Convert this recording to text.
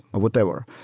or whatever.